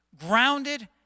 grounded